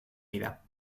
vida